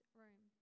room